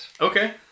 Okay